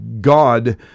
God